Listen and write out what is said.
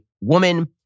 woman